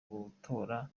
gutora